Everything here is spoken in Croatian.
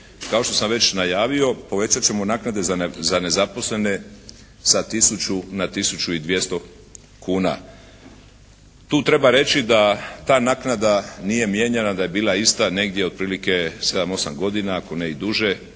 kao što sam već najavio, povećat ćemo naknade za nezaposlene sa tisuću na tisuću i 200 kuna. Tu treba reći da ta naknada nije mijenjana, da je bila ista negdje otprilike 7, 8 godina, ako ne i duže.